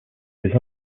des